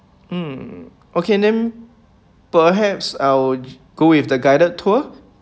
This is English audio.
mm okay then perhaps I'll go with the guided tour